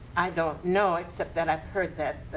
i don't know except that i heard that